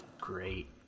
great